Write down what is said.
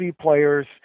players